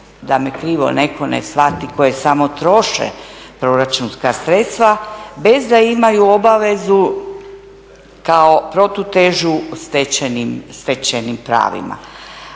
da me krivo neko ne shvati, koje samo troše proračunska sredstva bez da imaju obavezu kao protutežu stečenim pravima.